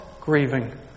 grieving